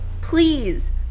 Please